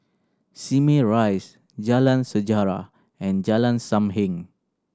Simei Rise Jalan Sejarah and Jalan Sam Heng